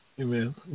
Amen